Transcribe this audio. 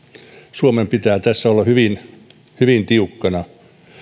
suomen pitää tässä olla hyvin hyvin tiukkana